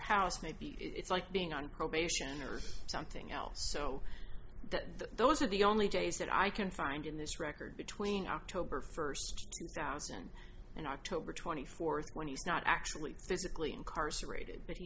house maybe it's like being on probation or something else so that the those are the only days that i can find in this record between october first two thousand and october twenty fourth when he's not actually physically incarcerated but he